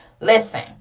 listen